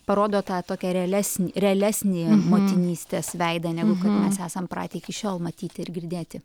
parodo tą tokią realesnį realesnį motinystės veidą negu mes esam pratę iki šiol matyti girdėti